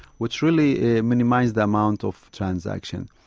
which really ah minimises the amount of transaction.